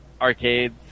arcades